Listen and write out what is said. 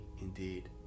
indeed